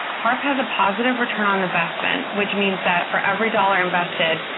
harp has a positive return on investment, which means that for every dollar invested,